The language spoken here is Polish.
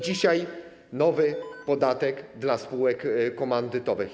dzisiaj - nowy podatek dla spółek komandytowych.